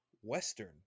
western